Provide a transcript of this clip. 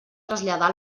traslladar